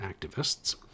activists